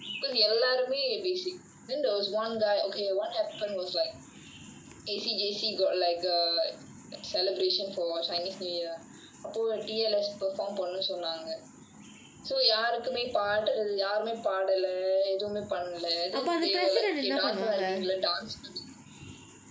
because எல்லாருமே:ellaarumae basic then there was one guy okay what happened was like A_C_J_C got like a celebration for chinese new year அப்போ:appo T_L_S perform பண்ணனும்னு சொன்னாங்க:pananumnu sonnaanga so யாருமே பாடல எதுமே பண்ணல:yaarumae paadala ethumae panala then they were like okay dance தான் இருகீங்கள்ள:thaan irukkeengalla dance பண்ணுங்க:panunga !huh!